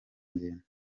ngendo